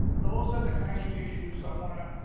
those are the kind of issues i want to